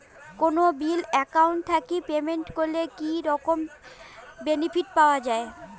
কোনো bill account থাকি payment করলে কি রকম বেনিফিট পাওয়া য়ায়?